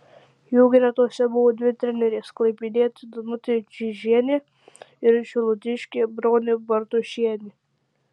jų gretose buvo dvi trenerės klaipėdietė danutė čyžienė ir šilutiškė bronė bartušienė